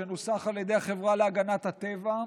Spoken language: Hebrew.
שנוסח על ידי החברה להגנת הטבע,